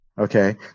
Okay